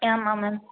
ஆமாம் மேம்